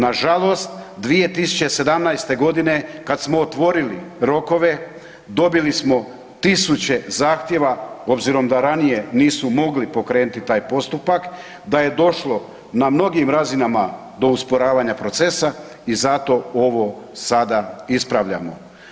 Na žalost 2017. godine kada smo otvorili rokove dobili smo 1000 zahtjeva obzirom da ranije nisu mogli pokrenuti taj postupak, da je došlo na mnogim razinama do usporavanja procesa i zato ovo sada ispravljamo.